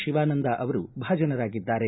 ಶಿವಾನಂದ ಅವರು ಭಾಜನರಾಗಿದ್ದಾರೆ